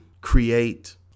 create